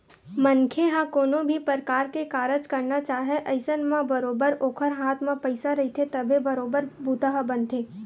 मनखे ह कोनो भी परकार के कारज करना चाहय अइसन म बरोबर ओखर हाथ म पइसा रहिथे तभे बरोबर बूता ह बनथे